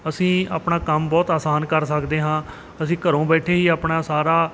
ਅਸੀਂ ਆਪਣਾ ਕੰਮ ਬਹੁਤ ਆਸਾਨ ਕਰ ਸਕਦੇ ਹਾਂ ਅਸੀਂ ਘਰੋਂ ਬੈਠੇ ਹੀ ਆਪਣਾ ਸਾਰਾ